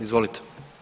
Izvolite.